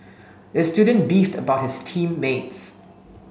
the student beefed about his team mates